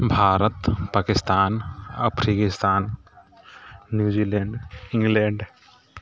Bharat Pakistan Afghanistan New Zealand England